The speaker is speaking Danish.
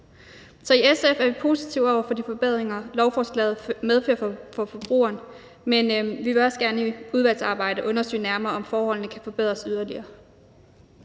i SF er vi positive over for de forbedringer, lovforslaget medfører for forbrugeren, men vi vil også gerne i udvalgsarbejdet undersøge nærmere, om forholdene kan forbedres yderligere.